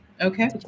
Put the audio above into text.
okay